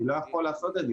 אני לא יכול לעשות את זה.